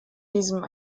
diesem